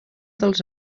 dels